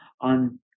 on